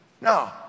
No